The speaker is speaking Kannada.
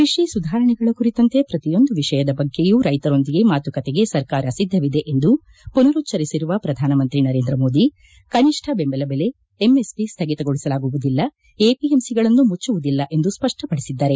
ಕೃಷಿ ಸುಧಾರಣೆಗಳ ಕುರಿತಂತೆ ಪ್ರತಿಯೊಂದು ವಿಷಯದ ಬಗ್ಗೆಯೂ ರೈತರೊಂದಿಗೆ ಮಾತುಕತೆಗೆ ಸರ್ಕಾರ ಸಿದ್ಧವಿದೆ ಎಂದು ಮನರುಚ್ಚರಿಸಿರುವ ಪ್ರಧಾನ ಮಂತ್ರಿ ನರೇಂದ್ರ ಮೋದಿ ಕನಿಷ್ಠ ಬೆಂಬಲ ಬೆಲೆ ಎಂಎಸ್ಪಿ ಸ್ಥಗಿತಗೊಳಿಸಲಾಗುವುದಿಲ್ಲ ಎಪಿಎಂಸಿಗಳನ್ನು ಮುಚ್ಚುವುದಿಲ್ಲ ಎಂದು ಸ್ಪಷ್ಟಕಡಿಸಿದ್ದಾರೆ